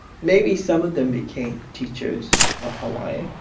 maybe some of them became teachers of hawaiian,